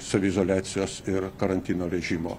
saviizoliacijos ir karantino režimo